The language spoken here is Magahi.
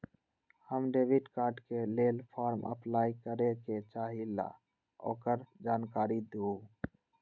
हम डेबिट कार्ड के लेल फॉर्म अपलाई करे के चाहीं ल ओकर जानकारी दीउ?